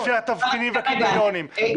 לפי התבחינים והקריטריונים?